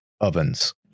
ovens